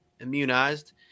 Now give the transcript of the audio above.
immunized